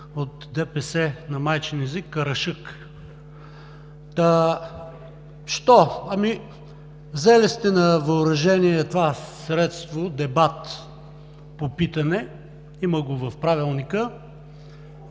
от ДПС, на майчин език „карашък“. Та защо? Ами, взели сте на въоръжение това средство „дебат по питане“. Има го в Правилника,